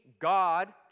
God